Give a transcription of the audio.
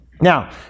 Now